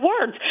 words